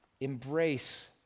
embrace